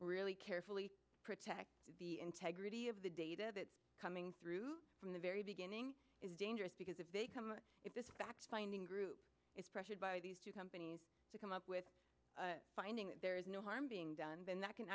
really carefully protect the integrity of the data that's coming through from the very beginning is dangerous because if they come back finding group is pressured by these two comes to come up with finding that there is no harm being done then that c